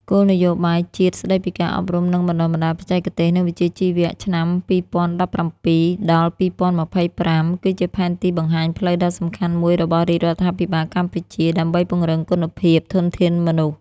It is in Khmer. គោលនយោបាយជាតិស្តីពីការអប់រំ និងបណ្តុះបណ្តាលបច្ចេកទេស និងវិជ្ជាជីវៈឆ្នាំ២០១៧-២០២៥ គឺជាផែនទីបង្ហាញផ្លូវដ៏សំខាន់មួយរបស់រាជរដ្ឋាភិបាលកម្ពុជា ដើម្បីពង្រឹងគុណភាពធនធានមនុស្ស។